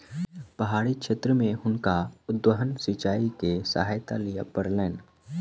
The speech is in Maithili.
पहाड़ी क्षेत्र में हुनका उद्वहन सिचाई के सहायता लिअ पड़लैन